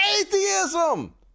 atheism